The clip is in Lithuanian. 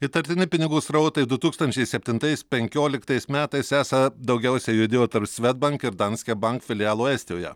įtartini pinigų srautai du tūkstančiai septintais penkioliktais metais esą daugiausia judėjo tarp svedbank ir danske bank filialų estijoje